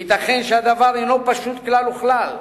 וייתכן שהדבר אינו פשוט כלל וכלל,